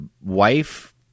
wife